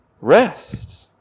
Rest